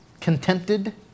contented